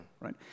right